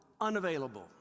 unavailable